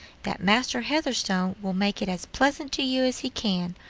that master heatherstone will make it as pleasant to you as he can,